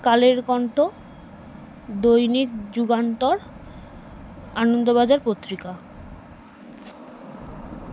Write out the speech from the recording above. Kaler Kantho Dainik Jugantor Anandabazar Patrika